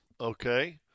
Okay